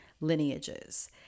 lineages